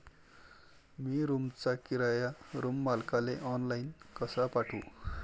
मी रूमचा किराया रूम मालकाले ऑनलाईन कसा पाठवू?